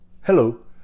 Hello